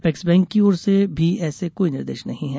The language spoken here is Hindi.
अपेक्स बैंक की ओर से भी ऐसे कोई निर्देश नहीं हैं